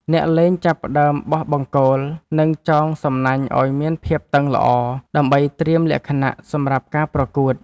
អ្នកលេងចាប់ផ្ដើមបោះបង្គោល និងចងសំណាញ់ឱ្យមានភាពតឹងល្អ ដើម្បីត្រៀមលក្ខណៈសម្រាប់ការប្រកួត។